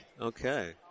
Okay